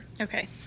okay